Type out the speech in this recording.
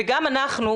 וגם אנחנו,